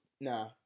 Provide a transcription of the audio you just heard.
Nah